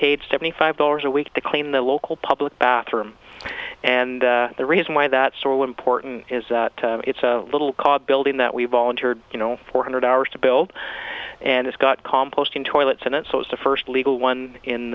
paid seventy five dollars a week to clean the local public bathroom and the reason why that sorell important is that it's a little called building that we volunteered you know four hundred hours to build and it's got composting toilets in it so it's the first legal one in